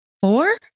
Four